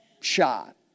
shot